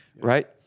right